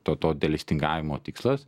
to to delstingavimo tikslas